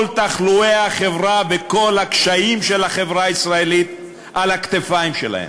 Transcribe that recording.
כל תחלואי החברה וכל הקשיים של החברה הישראלית על הכתפיים שלהם.